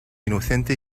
inocente